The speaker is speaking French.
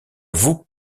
vous